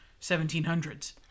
1700s